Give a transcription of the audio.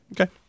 Okay